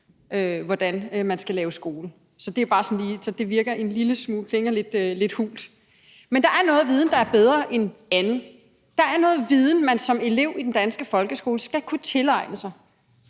hvordan der skal laves skole. Så det klinger lidt hult. Men der er noget viden, der er bedre end anden. Der er noget viden, man som elev i den danske folkeskole skal kunne tilegne sig.